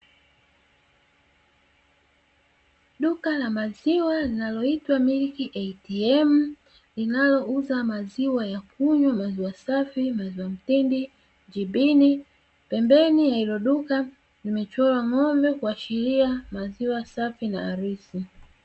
Duka la maziwa linaloitwa "Milk ATM" linalouza maziwa ya kunywa: maziwa safi: maziwa mtindi: jibini; pembeni ya hilo duka imechorwa ng'ombe kuashiria maziwa safi na halisi.